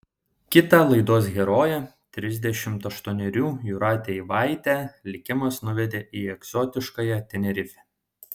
kitą laidos heroję trisdešimt aštuonerių jūratę eivaitę likimas nuvedė į egzotiškąją tenerifę